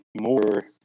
more